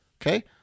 Okay